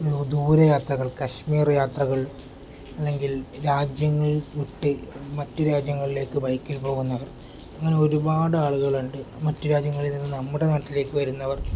ദൂരയാത്രകൾ കശ്മീർ യാത്രകൾ അല്ലെങ്കിൽ രാജ്യങ്ങൾ വിട്ട് മറ്റ് രാജ്യങ്ങളിലേക്ക് ബൈക്കിൽ പോകുന്നവർ അങ്ങനെ ഒരുപാട് ആളുകളുണ്ട് മറ്റ് രാജ്യങ്ങളിൽ നിന്ന് നമ്മുടെ നാട്ടിലേക്ക് വരുന്നവർ